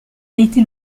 été